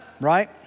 right